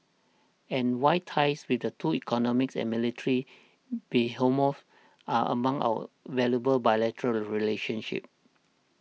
and why ties with the two economic and military behemoths are among our most valuable bilateral relationships